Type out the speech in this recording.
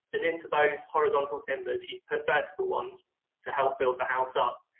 and into those horizontal timbers, you put vertical ones to help build the house up.